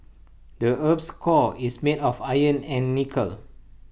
the Earth's core is made of iron and nickel